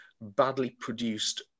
badly-produced